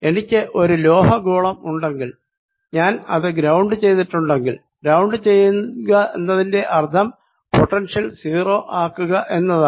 എനിക്ക് ഒരു ലോഹ ഗോളം ഉണ്ടെങ്കിൽ അത് ഞാൻ ഗ്രൌണ്ട് ചെയ്തിട്ടുണ്ടെങ്കിൽ ഗ്രൌണ്ട് ചെയ്യുക എന്നതിന്റെ അർഥം പൊട്ടൻഷ്യൽ 0 ആക്കുക എന്നാണ്